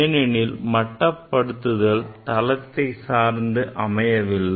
ஏனெனில் மட்டபடுத்துதல் தளத்தை சார்ந்து அமையவில்லை